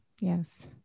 Yes